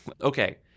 Okay